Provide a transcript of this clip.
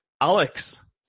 Alex